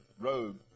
road